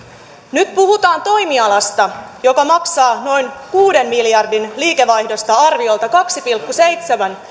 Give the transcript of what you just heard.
nyt puhutaan toimialasta joka maksaa noin kuuden miljardin liikevaihdosta arviolta kaksi pilkku seitsemän